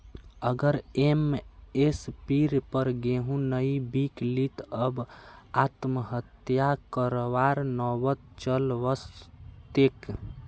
अगर एम.एस.पीर पर गेंहू नइ बीक लित तब आत्महत्या करवार नौबत चल वस तेक